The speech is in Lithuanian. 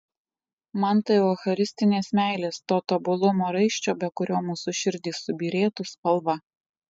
man tai eucharistinės meilės to tobulumo raiščio be kurio mūsų širdys subyrėtų spalva